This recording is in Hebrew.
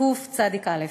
קצ"א.